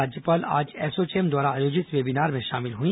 राज्यपाल आज एसोचौम द्वारा आयोजित वेबीनार में शामिल हुई